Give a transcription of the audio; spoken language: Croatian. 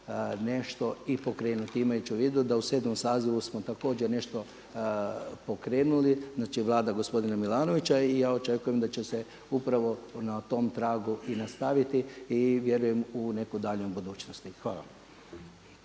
nešto i pokrenuti imajući u vidu da u 7. sazivu smo također nešto pokrenuli, znači Vlada gospodina Milanovića. I ja očekujem da će se upravo na tom tragu i nastaviti i vjerujem u nekoj daljoj budućnosti. Hvala.